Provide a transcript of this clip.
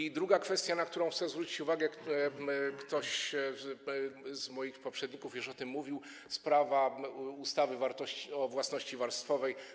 I druga kwestia, na którą chcę zwrócić uwagę - któryś z moich poprzedników już o tym mówił - to sprawa ustawy o własności warstwowej.